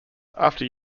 after